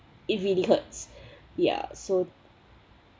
it really hurts ya so